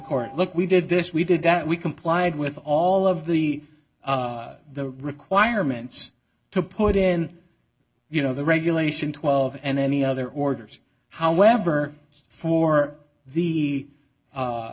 court look we did this we did that we complied with all of the the requirements to put in you know the regulation twelve and any other orders however for the